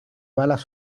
balas